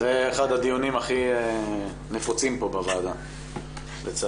זה אחד הדיונים הכי נפוצים פה בוועדה לצערי.